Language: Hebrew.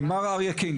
מר אריה קינג,